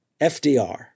FDR